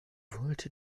wollte